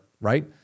right